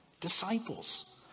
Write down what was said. disciples